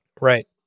Right